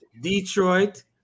detroit